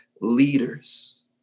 leaders